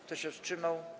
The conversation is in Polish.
Kto się wstrzymał?